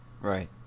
Right